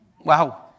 Wow